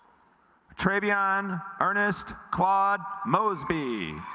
treyvion ernest claude mosby